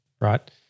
Right